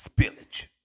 Spillage